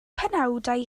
penawdau